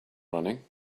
running